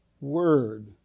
word